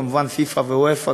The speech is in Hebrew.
כמובן פיפ"א ואופ"א,